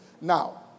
Now